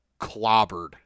clobbered